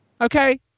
okay